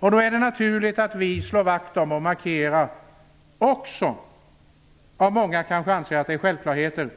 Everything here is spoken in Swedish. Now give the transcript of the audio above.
Då är det naturligt att vi slår vakt om och markerar våra riktlinjer inför framtiden, också om många anser det vara självklarheter.